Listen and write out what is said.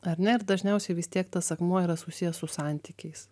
ar ne ir dažniausiai vis tiek tas akmuo yra susijęs su santykiais